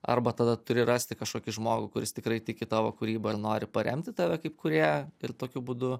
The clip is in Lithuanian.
arba tada turi rasti kažkokį žmogų kuris tikrai tiki tavo kūryba ir nori paremti tave kaip kurie ir tokiu būdu